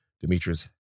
Demetrius